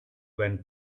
when